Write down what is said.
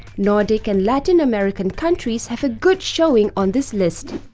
nordic and latin american countries have a good showing on this list.